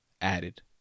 added